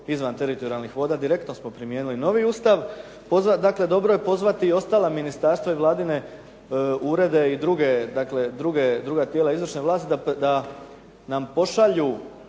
izvan teritorijalnih voda, direktno smo primijenili novi Ustav, dobro je pozvati i ostala Ministarstvo a i Vladine urede i druge dakle druga tijela izvršne vlasti, da nam pošalju